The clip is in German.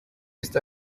ist